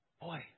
Boy